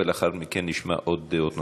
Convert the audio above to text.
ולאחר מכן נשמע דעות נוספות,